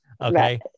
Okay